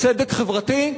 צדק חברתי,